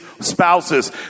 spouses